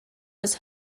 was